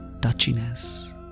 touchiness